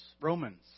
Romans